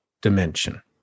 dimension